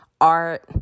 art